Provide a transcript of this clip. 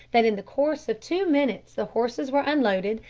that in the course of two minutes the horses were unloaded,